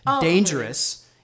dangerous